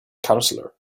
counselor